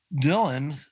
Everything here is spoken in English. Dylan